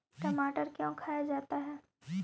टमाटर क्यों खाया जाता है?